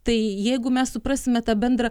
tai jeigu mes suprasime tą bendrą